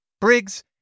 Briggs